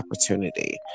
opportunity